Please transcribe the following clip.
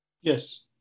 Yes